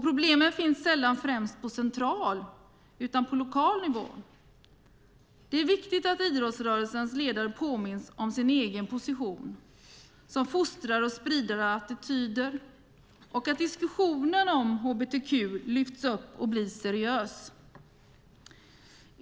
Problemen finns sällan främst på central nivå utan på lokal nivå. Det är viktigt att idrottsrörelsens ledare påminns om sin egen position som fostrare och spridare av attityder och att diskussionen om hbtq-frågor lyfts upp och blir seriös.